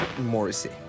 Morrissey